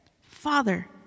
Father